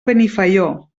benifaió